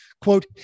quote